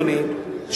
אדוני,